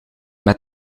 met